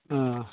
ओ